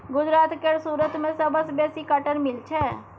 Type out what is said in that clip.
गुजरात केर सुरत मे सबसँ बेसी कॉटन मिल छै